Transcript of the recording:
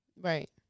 right